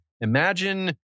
imagine